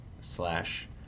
slash